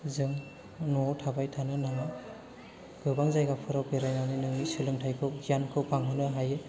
जों न'आव थाबाय थानो नाङा गोबां जायगाफोराव बेरायनानै सोलोंथायखौ गियानखौ बांहोनो हायो